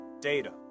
data